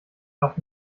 auch